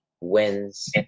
wins